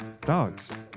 Dogs